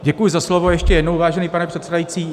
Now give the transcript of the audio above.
Děkuji za slovo ještě jednou, vážený pane předsedající.